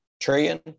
trillion